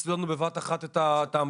קיצצו לנו בבת אחת את העמלה.